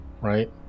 Right